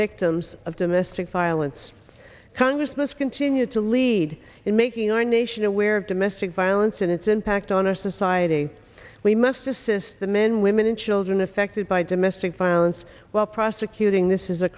victims of domestic violence congress must continue to lead in making our nation aware of domestic violence and its impact on our society we must assist the men women and children affected by domestic violence while prosecuting this is a